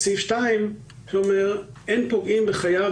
סעיף 2 אומר: " אין פוגעים בחייו,